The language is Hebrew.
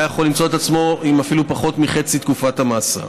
הוא היה יכול למצוא את עצמו אפילו עם פחות מחצי תקופת המאסר.